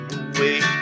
away